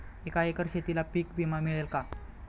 एका एकर शेतीला पीक विमा मिळेल का?